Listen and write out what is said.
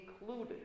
included